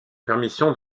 permission